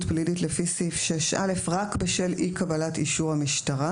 פלילית לפי סעיף 6(א) רק בשל אי קבלת אישור המשטרה,"